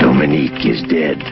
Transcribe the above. so many kids did